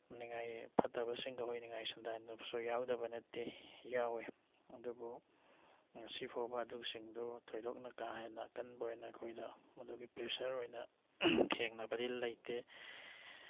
ꯅꯤꯡꯉꯥꯏ ꯐꯠꯇꯕ ꯁꯤꯡꯒ ꯍꯣꯏ ꯅꯤꯡꯉꯥꯏ ꯁꯪꯗꯥꯏꯅꯕꯁꯨ ꯌꯥꯎꯗꯕ ꯅꯠꯇꯦ ꯌꯥꯎꯋꯦ ꯑꯗꯨꯕꯨ ꯉꯁꯤꯐꯥꯎꯕ ꯑꯗꯨꯁꯤꯡꯗꯨ ꯊꯣꯏꯗꯣꯛꯅ ꯀꯥ ꯍꯦꯟꯅ ꯑꯀꯟꯕ ꯑꯣꯏꯅ ꯑꯩꯈꯣꯏꯗ ꯃꯗꯨꯒꯤ ꯄ꯭ꯔꯦꯁꯔ ꯑꯣꯏꯅ ꯊꯦꯡꯅꯕꯗꯤ ꯂꯩꯇꯦ